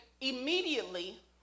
immediately